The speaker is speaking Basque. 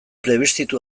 plebiszitu